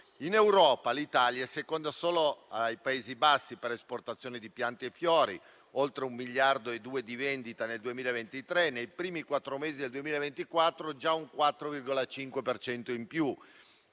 In Europa, l'Italia è seconda solo ai Paesi Bassi per esportazione di piante e fiori, con oltre 1,2 miliardi di vendite nel 2023, mentre nei primi quattro mesi del 2024 c'è già un 4,5 per